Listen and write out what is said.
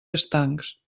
estancs